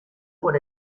por